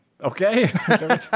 okay